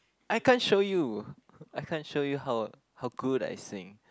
I can't show you I can't show you how how good I sing